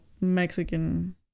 Mexican